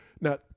Now